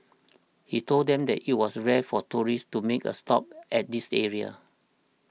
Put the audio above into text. he told them that it was rare for tourists to make a stop at this area